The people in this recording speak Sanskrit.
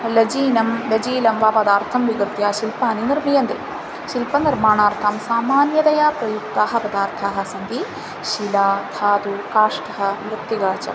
लजीनं लजीलं वा पदार्थं विगर्त्य शिल्पानि निर्मियन्ते शिल्पनिर्माणार्थं सामान्यतया प्रयुक्ताः पदार्थाः सन्ति शिला धातुः काष्टः मृत्तिका च